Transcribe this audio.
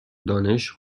دانش